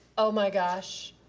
oh my gosh,